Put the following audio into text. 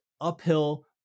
uphill